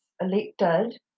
elected